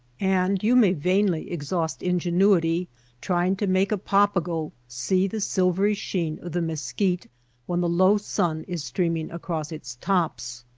and you may vainly exhaust ingenuity trying to make a pagago see the silvery sheen of the mesquite when the low sun is streaming across its tops.